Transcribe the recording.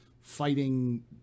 fighting